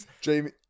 Jamie